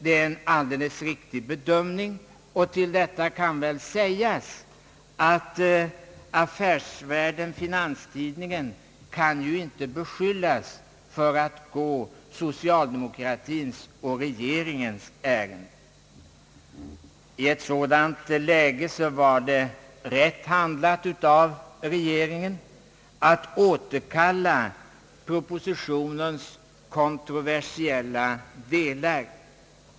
Det är en alldeles riktig bedömning, och till detia kan sägas att Affärsvärlden-Finanstidningen inte kan beskyllas för att gå socialdemokratins och regeringens ärenden. I ett sådant läge var det rätt handlat av regeringen att återkalla propositionens kontroversiella delar.